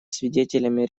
свидетелями